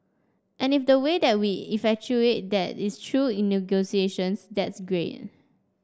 and if the way that we effectuate that is through negotiations that's great